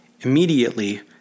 Immediately